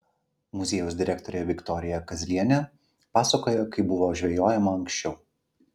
muziejaus direktorė viktorija kazlienė pasakoja kaip buvo žvejojama anksčiau